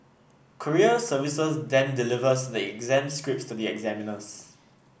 courier service then delivers the exam scripts to the examiners